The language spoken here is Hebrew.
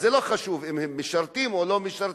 אז זה לא חשוב אם הם משרתים או לא משרתים.